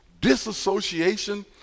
disassociation